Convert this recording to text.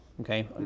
okay